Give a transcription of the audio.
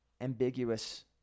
ambiguous